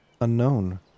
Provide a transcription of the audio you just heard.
unknown